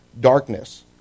darkness